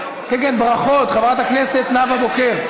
ברכות, חברת הכנסת נאוה בוקר.